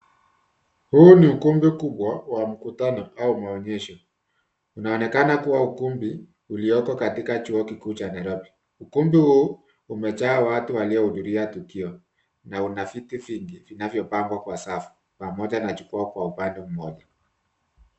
Huu ni ukumbi kubwa wa mkutano au maonyesho. Unaonekana kua ukumbi ulioko katika chuo kikuu cha Nairobi. Ukumbi huu umejaa watu waliohudhuria tukio, na una viti vingi vinavyopangwa kwa safu, pamoja na jukwaa kwa upande mmoja.